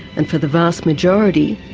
and for the vast majority,